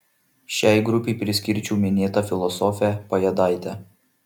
šiai grupei priskirčiau minėtą filosofę pajėdaitę